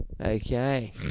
Okay